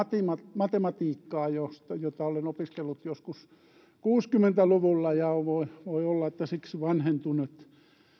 matematiikkaa jota olen opiskellut joskus kuusikymmentä luvulla ja voi voi olla että tiedot ovat vanhentuneet